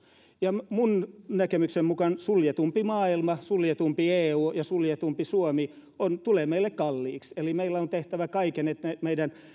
ja minun näkemykseni mukaan suljetumpi maailma suljetumpi eu ja suljetumpi suomi tulee meille kalliiksi eli meidän on tehtävä kaikki että meidän